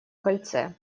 кольце